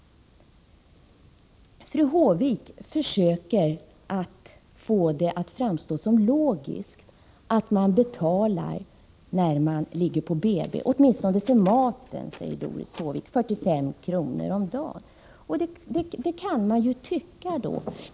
Fru Håvik försöker att få det att framstå som logiskt att man betalar när man ligger på BB. Åtminstone för maten, säger Doris Håvik, 45 kr. om dagen! — Det kan man ju tycka.